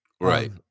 right